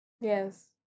Yes